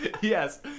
Yes